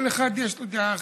כל אחד יש לו דעה אחרת.